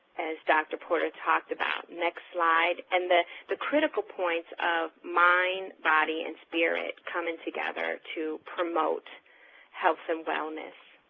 as dr. porter talked about. next slide, and the the critical points of mind, body, and spirit coming together to promote health and wellness.